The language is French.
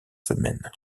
semaines